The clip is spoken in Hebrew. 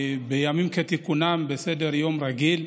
בימים כתיקונם, בסדר-יום רגיל,